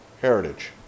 heritage